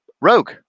Rogue